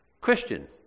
Christian